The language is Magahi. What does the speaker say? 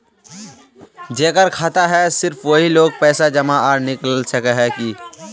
जेकर खाता है सिर्फ वही लोग पैसा जमा आर निकाल सके है की?